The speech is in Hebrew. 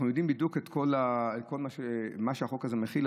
אנחנו יודעים בדיוק את כל מה שהחוק הזה מכיל,